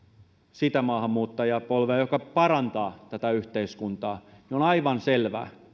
sitä maahanmuuttajapolvea joka parantaa tätä yhteiskuntaa niin on aivan selvää